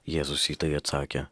jėzus į tai atsakė